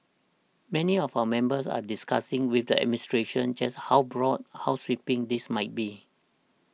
many of our members are discussing with the administration just how broad how sweeping this might be